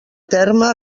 terme